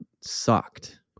sucked